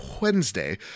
Wednesday